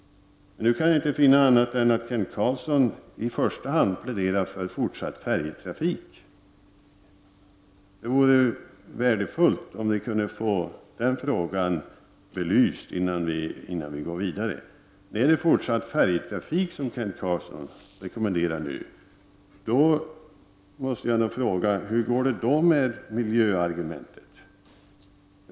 Nu kan jag inte finna annat än att Kent Carlsson i första hand pläderar för en fortsatt färjetrafik. Det vore värdefullt om jag kunde få den frågan belyst innan vi går vidare. Kent Carlsson rekommenderar nu en fortsatt färjetrafik. Hur går det då med miljöargumentet?